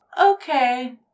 Okay